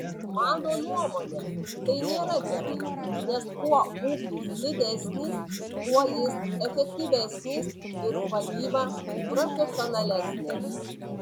mano nuomone tai nėra gerai nes kuo ūkis didesnis tuo jis efektyvesnis ir vadyba profesionalesnė